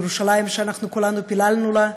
ירושלים שאנחנו כולנו פיללנו לה,